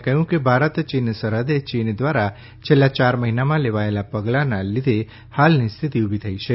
તેમણે કહ્યું કે ભારત ચીન સરહદે ચીન દ્રારા છેલ્લા યાર મહિનામાં લેવાયેલા પગલાંનાં લીઘે હાલની સ્થિતિ ઉભી થઈ છે